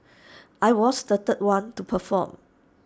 I was the third one to perform